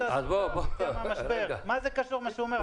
--- מה זה קשור מה שהוא אומר למשבר.